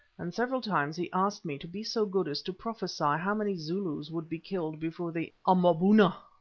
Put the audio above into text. and several times he asked me to be so good as to prophesy how many zulus would be killed before the amaboona,